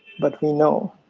but we know,